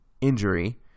injury